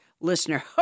Listener